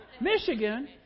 Michigan